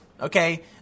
okay